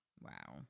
Wow